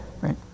Right